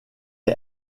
est